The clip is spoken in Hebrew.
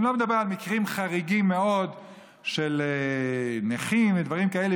אני לא מדבר על מקרים חריגים מאוד של נכים ודברים כאלה,